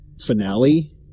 finale